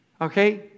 Okay